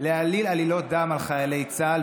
להעליל עלילות דם על חיילי צה"ל.